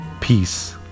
peace